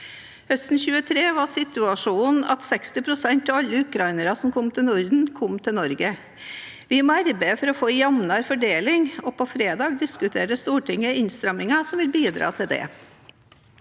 Høsten 2023 var situasjonen at 60 pst. av alle ukrainere som kom til Norden, kom til Norge. Vi må arbeide for å få en jevnere fordeling. På fredag diskuterte Stortinget innstramminger som vil bidra til det.